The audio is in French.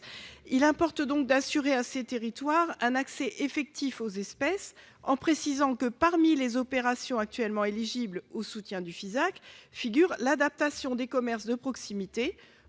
Il importe donc d'assurer à ces territoires un accès effectif aux espèces en précisant que, parmi les opérations actuellement éligibles au soutien du FISAC, figure l'adaptation des commerces de proximité